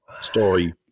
story